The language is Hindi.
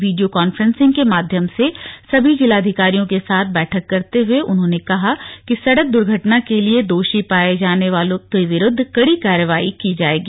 वीडियो कांफ्रेंसिग के माध्यम से सभी जिलाधिकारियों के साथ बैठक करते हुए उन्होंने कहा कि सड़क द्र्घटना के लिए दोषी पाए जाने वालों के विरूद्व कड़ी कार्रवाई की जाएगी